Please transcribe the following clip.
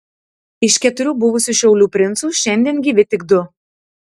iš keturių buvusių šiaulių princų šiandien gyvi tik du